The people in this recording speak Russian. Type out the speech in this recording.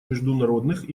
международных